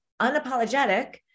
unapologetic